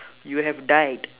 you have died